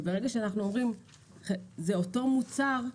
ברגע שאנחנו אומרים שזה אותו מוצר,